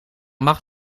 mag